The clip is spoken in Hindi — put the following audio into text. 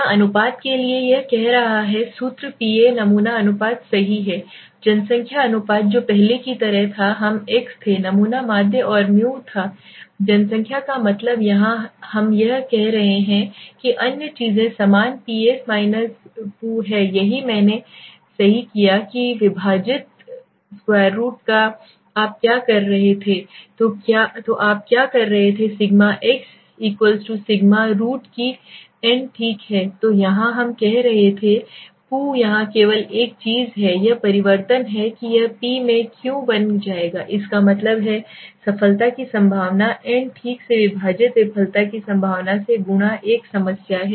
क्या अनुपात के लिए यह कह रहा है सूत्र पीए नमूना अनुपात सही है जनसंख्या अनुपात जो पहले की तरह था हम x थे नमूना माध्य औरम्यूथा जनसंख्या का मतलब यहाँ हम यह कह रहे हैं कि अन्य चीजें समान Ps पु है यही मैंने सही किया से विभाजित√का आप क्या कर रहे थे तो आप क्या कर रहे थे सिग्मा एक्स सिग्मा√की n ठीक है तो यहाँ हम कह रहे थे पु यहां केवल एक चीज है यह परिवर्तन है यह पी में क्यू बन जाएगा इसका मतलब है कि सफलता की संभावना n ठीक से विभाजित विफलता की संभावना से गुणा एक समस्या है